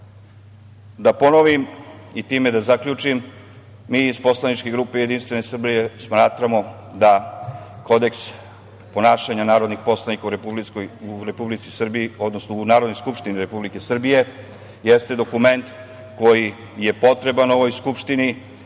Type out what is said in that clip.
ponovim, i time da zaključim, mi iz Poslaničke grupe JS smatramo da kodeks ponašanja narodnih poslanika u Narodnoj skupštini Republike Srbije jeste dokument koji je potreban ovoj Skupštini